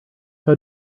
how